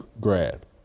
grad